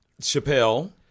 Chappelle